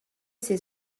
ses